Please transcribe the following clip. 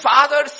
Father